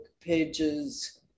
pages